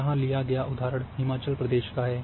यहाँ लिया गया उदाहरण हिमाचल प्रदेश का है